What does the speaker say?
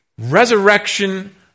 resurrection